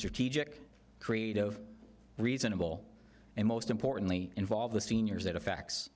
strategic creative reasonable and most importantly involve the seniors it effects